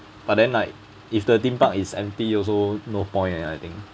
but then like if the theme park is empty also no point and I think